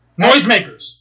Noisemakers